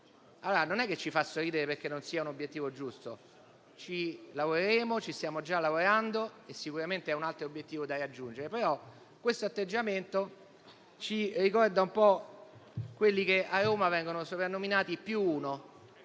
ci faccia sorridere perché non sia un obiettivo giusto, anzi ci lavoreremo, ci stiamo già lavorando e sicuramente è un altro obiettivo da raggiungere. Ma questo atteggiamento ci ricorda un po' quelli che a Roma vengono soprannominati i più uno,